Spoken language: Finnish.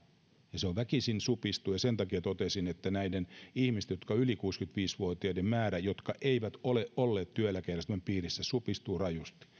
se väkisin supistuu ja sen takia totesin että näiden ihmisten osalta jotka ovat yli kuusikymmentäviisi vuotiaita niiden määrä jotka eivät ole olleet työeläkejärjestelmän piirissä supistuu rajusti